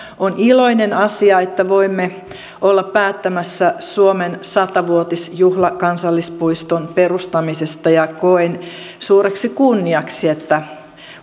on iloinen asia että voimme olla päättämässä suomen sata vuotisjuhlakansallispuiston perustamisesta ja koen suureksi kunniaksi että